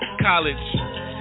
college